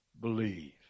believe